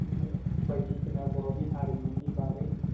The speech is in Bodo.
बिदिनो बायदिसिना बर'नि हारिमुनि बागै